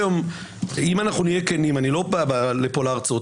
אם נהיה כנים אני לא בא לפה להרצות,